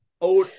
Old